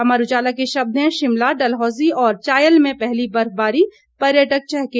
अमर उजाला के शब्द हैं शिमला डल्हौजी और चायल में पहली बर्फबारी पर्यटक चहके